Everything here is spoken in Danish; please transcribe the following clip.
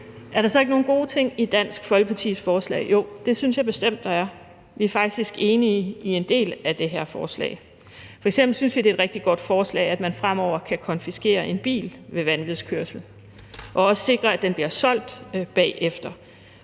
Er der så ikke nogen gode ting i Dansk Folkepartis forslag? Jo, det synes jeg bestemt der er. Vi er faktisk enige i en del af det her forslag. F.eks. synes vi, det er et rigtig godt forslag, at man fremover kan konfiskere en bil ved vanvidskørsel og også sikre, at den bliver solgt bagefter